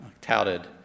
touted